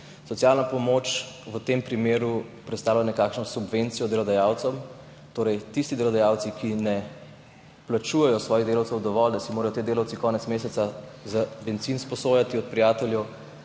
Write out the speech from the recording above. Socialna pomoč v tem primeru predstavlja nekakšno subvencijo delodajalcem, torej tisti delodajalci, ki ne plačujejo svojih delavcev dovolj, zato si morajo ti delavci konec meseca za bencin izposojati od prijateljev,